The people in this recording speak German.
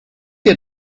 dir